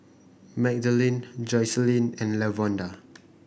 Magdalene Jocelynn and Lavonda